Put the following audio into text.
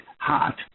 hot